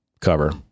cover